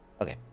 Okay